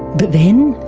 but then,